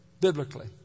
biblically